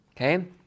Okay